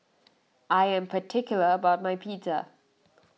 I am particular about my Pizza